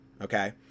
okay